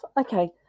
okay